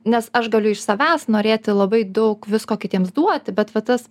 nes aš galiu iš savęs norėti labai daug visko kitiems duoti bet va tas